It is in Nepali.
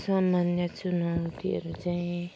सामान्य चुनौतीहरू चाहिँ